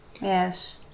Yes